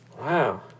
Wow